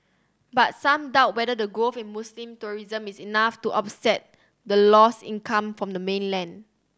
but some doubt whether the growth in Muslim tourism is enough to offset the lost income from the mainland